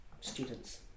students